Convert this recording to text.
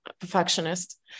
perfectionist